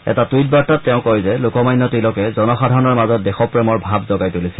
এটা টুইট বাৰ্তাত তেওঁ কয় যে লোকমান্য তিলকে দেশৰ জনসাধাৰণৰ মাজত দেশপ্ৰেমৰ ভাৱ জগাই তুলিছিল